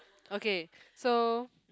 okay so